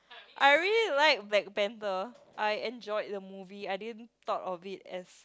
I really like Black-Panther I enjoyed the movie I didn't thought of it as